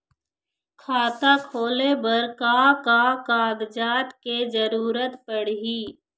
खाता खोले बर का का कागजात के जरूरत पड़ही?